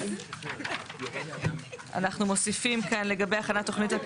אנחנו עברנו על הסעיפים האלה עם התיקונים,